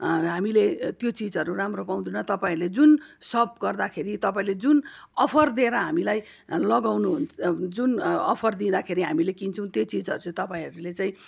हामीले त्यो चिजहरू राम्रो पाउँदैन तपाईँहरूले जुन सब गर्दाखेरि तपाईँले जुन अफर दिएर हामीलाई लगाउनु जुन अफर दिँदाखेरि हामीले किन्छ त्यो चिजहरू चाहिँ तपाईँहरूले चाहिँ